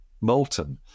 molten